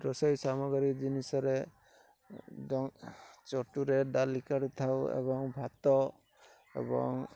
ରୋଷେଇ ସାମଗ୍ରୀ ଜିନିଷରେ ଚଟୁରେ ଡାଲି କରିଥାଉ ଏବଂ ଭାତ ଏବଂ